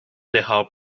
dejado